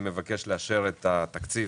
אני מבקש לאשר את תקציב